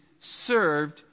served